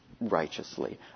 righteously